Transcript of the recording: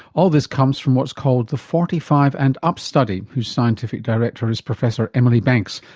all this comes from what's called the forty five and up study whose scientific director is professor emily banks,